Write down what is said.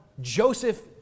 Joseph